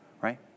right